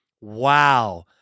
Wow